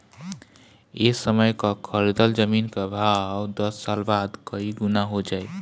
ए समय कअ खरीदल जमीन कअ भाव दस साल बाद कई गुना हो जाई